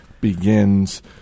begins